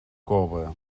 cove